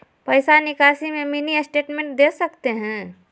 पैसा निकासी में मिनी स्टेटमेंट दे सकते हैं?